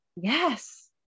Yes